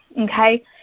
okay